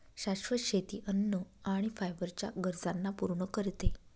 शाश्वत शेती अन्न आणि फायबर च्या गरजांना पूर्ण करते